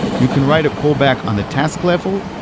you can write a callback on the tasks level,